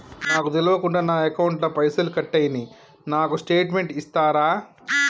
నాకు తెల్వకుండా నా అకౌంట్ ల పైసల్ కట్ అయినై నాకు స్టేటుమెంట్ ఇస్తరా?